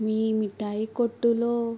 మీ మిఠాయి కొట్టులో